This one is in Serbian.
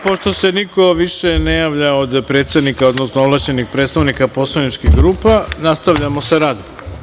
Pošto se više niko ne javlja od predsednika, odnosno ovlašćenih predstavnika poslaničkih grupa, nastavljamo sa radom.